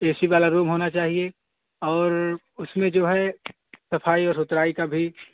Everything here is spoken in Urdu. اے سی والا روم ہونا چاہیے اور اس میں جو ہے صفائی اور ستھرائی کا بھی